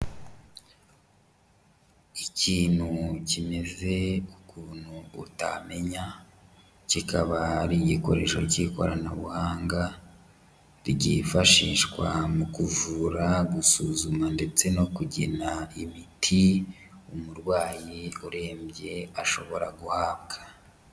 Ikintu kimeze ukuntu utamenya, kikaba ari igikoresho cy'ikoranabuhanga ryifashishwa mu kuvura, gusuzuma ndetse no kugena imiti umurwayi urembye ashobora guhabwa.